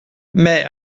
mais